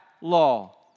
law